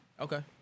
Okay